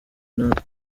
natwe